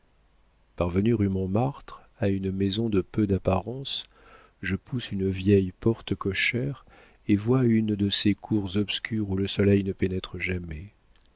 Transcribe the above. parvenu rue montmartre à une maison de peu d'apparence je pousse une vieille porte cochère et vois une de ces cours obscures où le soleil ne pénètre jamais